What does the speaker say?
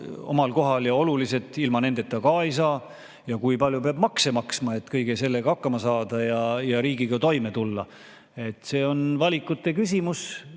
omal kohal ja olulised, ilma nendeta ka ei saa, ja kui palju peab makse maksma, et kõige sellega hakkama saada ja riigiga toime tulla. See on valikute küsimus.